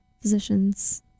physicians